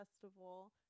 festival